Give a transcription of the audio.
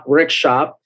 Workshop